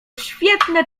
świetne